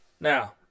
Now